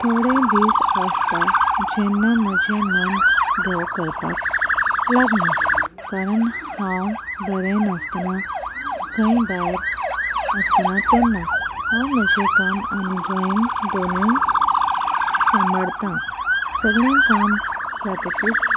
थोडे दीस आसता जेन्ना म्हजें मन ड्रॉ करपाक लागना कारण हांव बरें नासतना खंय भायर आसतना तेन्ना हांव म्हजें काम आनी ड्रॉइंग दोनूय सांबाळतां सगळें काम जातकीच